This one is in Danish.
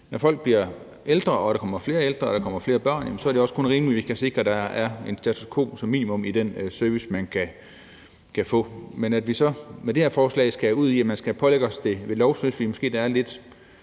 træk, for når der kommer flere ældre og flere børn, er det også kun rimeligt, at vi kan sikre, at der som minimum er status quo i den service, man kan få. At vi så med det her forslag skal ud i, at det skal pålægges os ved lov, synes vi måske er lidt